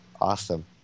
Awesome